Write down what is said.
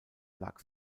lag